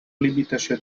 limitació